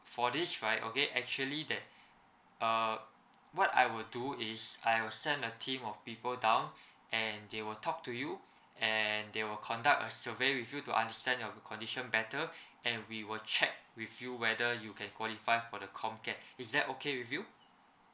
for this right okay actually that uh what I would do is I will send a team of people down and they will talk to you and they will conduct a survey with you to understand your condition better and we will check with you whether you can qualify for the comcare is that okay with you